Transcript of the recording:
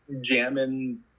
jamming